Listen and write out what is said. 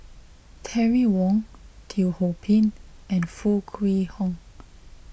Terry Wong Teo Ho Pin and Foo Kwee Horng